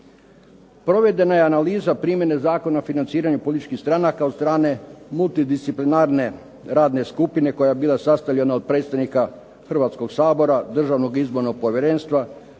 Provedena je analiza primjena Zakona o financiranju političkih stranaka od strane multidisciplinarne radne skupine koja je bila sastavljena predstavnika Hrvatskog sabora, Državnog izbornog povjerenstva,